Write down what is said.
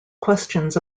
questions